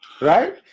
Right